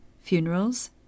Funerals